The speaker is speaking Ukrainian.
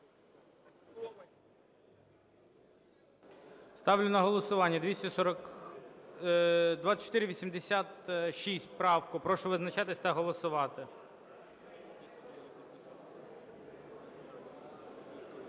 Ставлю на голосування 2489. Прошу визначатися та голосувати.